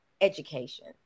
education